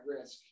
risk